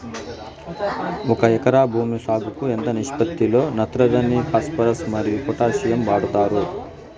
ఒక ఎకరా భూమి సాగుకు ఎంత నిష్పత్తి లో నత్రజని ఫాస్పరస్ మరియు పొటాషియం వాడుతారు